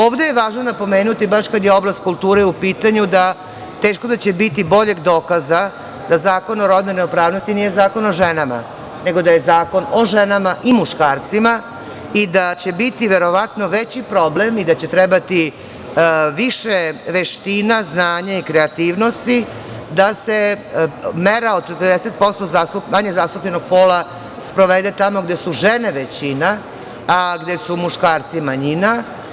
Ovde je važno napomenuti baš kada je oblast kulture u pitanju da teško da će biti boljeg dokaza da Zakon o rodnoj ravnopravnosti nije zakon o ženama, nego da je zakon o ženama i muškarcima i da će biti verovatno veći problem i da će trebati više veština, znanja i kreativnosti da se mera od 40% manje zastupljenog pola sprovede tamo gde su žene većina, a gde su muškarci manjina.